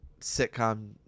sitcom